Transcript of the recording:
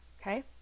Okay